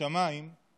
משמיים